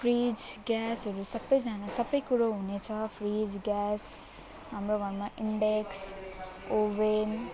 fridge gas हरू सबैजना सबै कुरो हुनेछ फ्रिज ग्यास हाम्रो घरमा इन्डक्सन ओभन